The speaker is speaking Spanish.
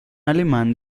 alemán